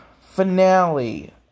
finale